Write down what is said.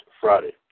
Friday